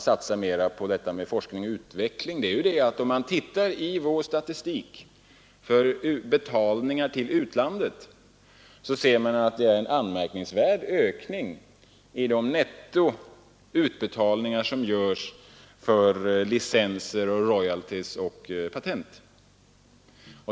Statistiken för betalningar till utlandet visar en anmärkningsvärd ökning i de nettoutbetalningar som görs för licenser, royalties och patent.